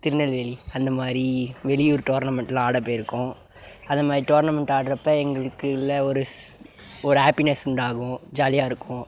திருநெல்வேலி அந்த மாதிரி வெளியூர் டோர்னமெண்ட்லாம் ஆடப்போயிருக்கோம் அது மாதிரி டோர்னமெண்ட் ஆடுறப்ப எங்களுக்குள்ளே ஒரு ஸ் ஒரு ஹாப்பினஸ் உண்டாகும் ஜாலியாக இருக்கும்